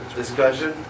discussion